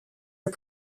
are